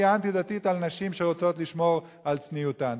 הכפייה האנטי-דתית על נשים שרוצות לשמור על צניעותן?